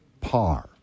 par